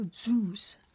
Zeus